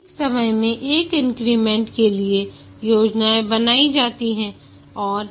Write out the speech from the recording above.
एक समय में एक इंक्रीमेंट के लिए योजनाएं बनाई जाती हैं और